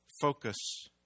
focus